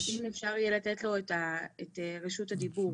אז אם אפשר יהיה לתת לו את רשות הדיבור,